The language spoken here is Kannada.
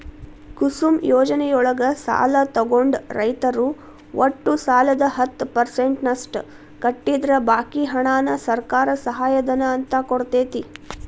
ಕುಸುಮ್ ಯೋಜನೆಯೊಳಗ ಸಾಲ ತೊಗೊಂಡ ರೈತರು ಒಟ್ಟು ಸಾಲದ ಹತ್ತ ಪರ್ಸೆಂಟನಷ್ಟ ಕಟ್ಟಿದ್ರ ಬಾಕಿ ಹಣಾನ ಸರ್ಕಾರ ಸಹಾಯಧನ ಅಂತ ಕೊಡ್ತೇತಿ